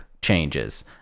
changes